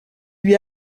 lui